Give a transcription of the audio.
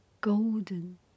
golden